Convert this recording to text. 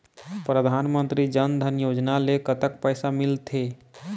परधानमंतरी जन धन योजना ले कतक पैसा मिल थे?